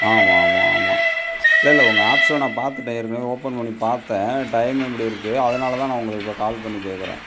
ஆமாம் ஆமாம் ஆமாம் இல்லை இல்லை உங்கள் ஆப்ஸ்சில் நான் பார்த்துட்டேன் ஏற்கனவே ஓப்பன் பண்ணிப் பார்த்தேன் டைம் இப்படி இருக்குது அதனால்தான் நான் உங்களுக்கு இப்போ கால் பண்ணி கேட்குறேன்